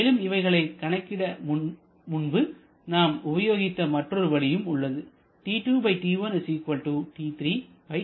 மேலும் இவைகளை கணக்கிட நாம் முன்பு உபயோகித்த மற்றொரு வழியும் உள்ளது